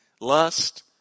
lust